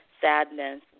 sadness